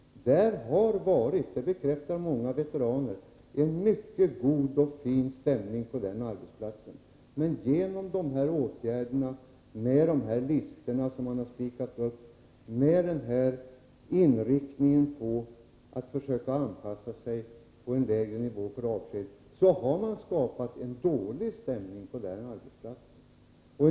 Det har varit — det bekräftar många veteraner — en mycket fin stämning på den arbetsplatsen. Men genom de vidtagna åtgärderna, genom listorna som har spikats upp, genom inriktningen att försöka anpassa sig till en lägre nivå när det gäller avsked, har man skapat en dålig stämning på arbetsplatsen.